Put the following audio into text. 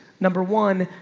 number one,